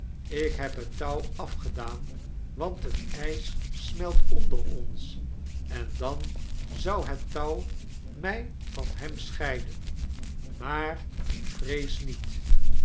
ik heb het touw afgedaan want het ijs smelt onder ons en dan zou het touw my van hem scheiden maar ik vrees niet